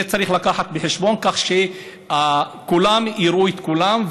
את זה צריך להביא בחשבון, כדי שכולם יראו את כולם.